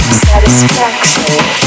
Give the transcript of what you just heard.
satisfaction